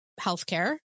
healthcare